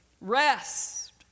rest